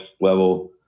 level